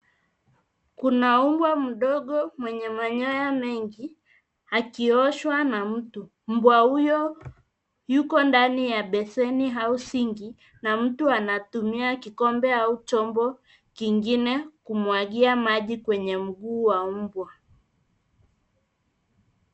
Kuna mbwa mdogo mwenye manyoya mengi akioshwa na mtu. Mbwa huyo yuko ndani ya beseni au sinki na mtu anatumia kikombe au chombo kingine kumwagia maji kwenye mguu wa mbwa.